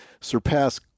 surpass